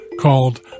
called